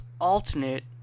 alternate